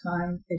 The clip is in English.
time